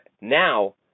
now